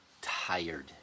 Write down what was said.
tired